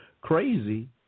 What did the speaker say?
crazy